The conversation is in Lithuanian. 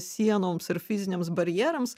sienoms ir fiziniams barjerams